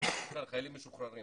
משוחררים